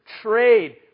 trade